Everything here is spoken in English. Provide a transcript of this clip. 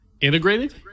Integrated